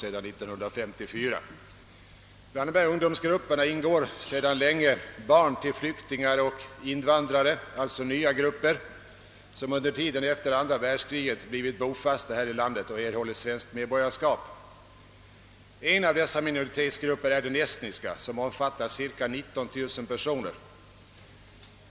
Bland ifrågavarande ungdomsgrupper ingår sedan länge barn till flyktingar och invandrare, alltså nya grupper som under tiden efter andra världskriget blivit bofasta här i landet och erhållit svenskt medborgarskap. En av dessa minoritetsgrupper är den estniska, som omfattar cirka 19 000 personer.